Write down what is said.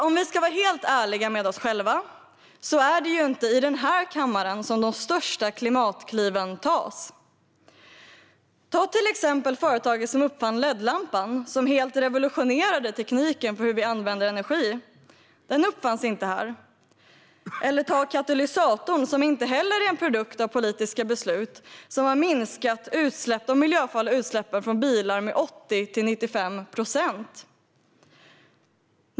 Om vi ska vara helt ärliga med oss själva är det inte i den här kammaren som de största klimatkliven tas. Se till exempel på företaget som uppfann LED-lampan, som helt revolutionerade tekniken för hur vi använder energi. Den uppfanns inte här i kammaren. Eller se på katalysatorn. Den är inte heller en produkt av politiska beslut. Den har minskat de miljöfarliga utsläppen från bilar med 80-95 procent.